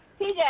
TJ